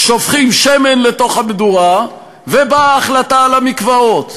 שופכים שמן לתוך המדורה, ובאה ההחלטה על המקוואות.